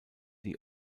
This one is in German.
die